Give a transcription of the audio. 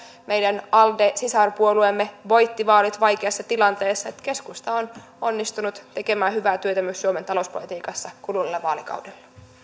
meidän alde sisarpuolueemme voitti vaalit vaikeassa tilanteessa keskusta on onnistunut tekemään hyvää työtä myös suomen talouspolitiikassa kuluneella vaalikaudella